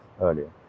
earlier